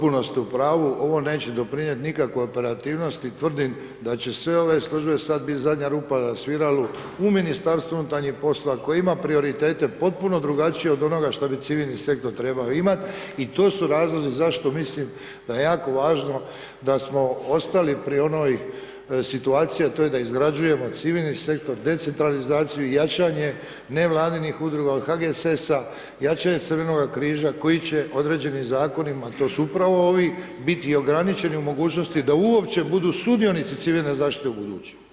Vrlo kratko, potpuno ste u pravu, ovo neće doprinijeti nikakvoj operativnosti, tvrdim da će sve ove službe sad biti zadnja rupa na sviralu u Ministarstvu unutarnjih poslova koji ima prioritete potpuno drugačije od onoga što bi civilni sektor trebao imati i to su razlozi zašto mislim da je jako važno da smo ostali pri onoj situaciji a to je da izgrađujemo civilni sektor, decentralizaciju i jačanje nevladinih udruga od HGSS-a, jačanje crvenoga križa koji će određenim zakonima to su upravo ovi biti ograničeni u mogućnosti da uopće budu sudionici civilne zaštite ubuduće.